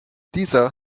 dieser